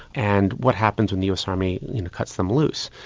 and what happens when the us army you know cuts them loose?